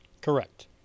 Correct